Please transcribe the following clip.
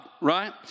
right